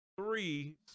Three